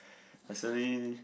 I suddenly